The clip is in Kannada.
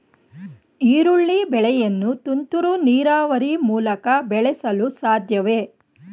ಈರುಳ್ಳಿ ಬೆಳೆಯನ್ನು ತುಂತುರು ನೀರಾವರಿ ಮೂಲಕ ಬೆಳೆಸಲು ಸಾಧ್ಯವೇ?